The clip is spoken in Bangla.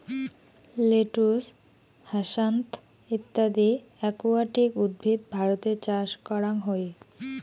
লেটুস, হ্যাসান্থ ইত্যদি একুয়াটিক উদ্ভিদ ভারতে চাষ করাং হই